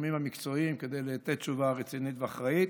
לגורמים המקצועיים כדי לתת תשובה רצינית ואחראית,